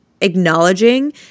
acknowledging